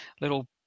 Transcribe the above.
little